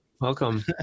welcome